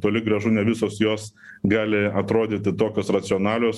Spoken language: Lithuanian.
toli gražu ne visos jos gali atrodyti tokios racionalios